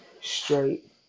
straight